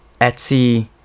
Etsy